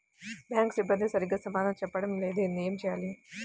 Bank సిబ్బంది సరిగ్గా సమాధానం చెప్పటం లేదు ఏం చెయ్యాలి?